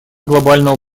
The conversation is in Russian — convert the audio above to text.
глобального